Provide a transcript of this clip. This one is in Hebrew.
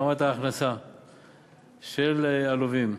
ברמת ההכנסה של הלווים.